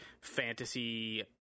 fantasy